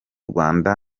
rwanda